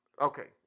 Okay